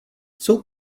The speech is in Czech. jsou